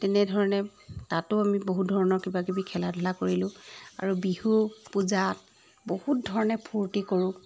তেনেধৰণে তাতো আমি বহুত ধৰণৰ কিবাকিবি খেলা ধূলা কৰিলোঁ আৰু বিহু পূজাত বহুত ধৰণে ফূৰ্তি কৰোঁ